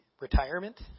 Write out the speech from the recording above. retirement